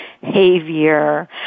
behavior